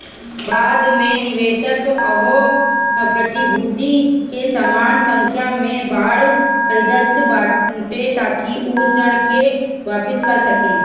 बाद में निवेशक ओही प्रतिभूति के समान संख्या में बांड खरीदत बाटे ताकि उ ऋण के वापिस कर सके